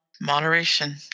Moderation